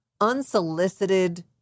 unsolicited